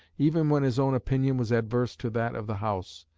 even when his own opinion was adverse to that of the house.